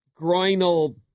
groinal